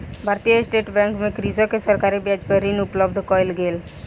भारतीय State Bank मे कृषक के सरकारी ब्याज पर ऋण उपलब्ध कयल गेल